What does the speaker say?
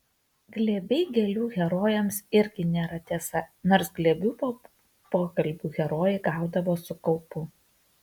glėbiai gėlių herojams irgi nėra tiesa nors glėbių po pokalbių herojai gaudavo su kaupu